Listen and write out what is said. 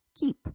keep